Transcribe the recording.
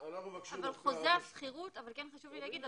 אבל חוזה השכירות אבל כן חשוב לי להגיד,